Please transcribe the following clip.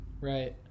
Right